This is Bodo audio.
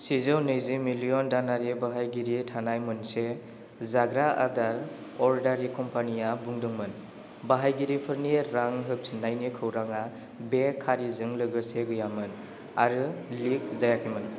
सेजौ नैजि मिलियन दानारि बाहायगिरि थानाय मोनसे जाग्रा आदार अर्डारिं कम्पानिया बुंदोंमोन बाहायगिरिफोरनि रां होफिननायनि खौराङा बे खारिजों लोगोसे गैयामोन आरो लिक जायाखैमोन